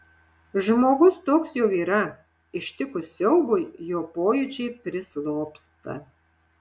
žmogus toks jau yra ištikus siaubui jo pojūčiai prislopsta